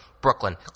Brooklyn